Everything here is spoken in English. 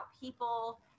people